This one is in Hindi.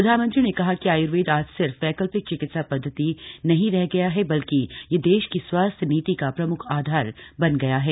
प्रधानमंत्री ने कहा कि आयुर्वेद आज सिर्फ वैकल्पिक चिकित्सा पद्वति नहीं रह गया है बल्कि यह देश की स्वास्थ्य नीति का प्रमुख आधार बन गया है